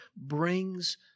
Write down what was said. brings